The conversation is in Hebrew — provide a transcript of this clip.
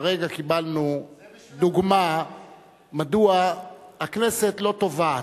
הרגע קיבלנו דוגמה מדוע הכנסת לא תובעת,